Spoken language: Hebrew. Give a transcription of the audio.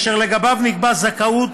אשר לגביו נקבעה זכאות